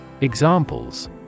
Examples